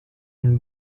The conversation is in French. une